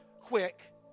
quick